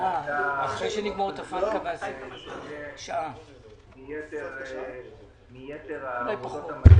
נעשתה באופן חלקי ושונה מיתר עבודות המטה